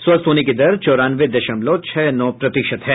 स्वस्थ होने की दर चौरानवे दशमलव छह नौ प्रतिशत है